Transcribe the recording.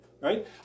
right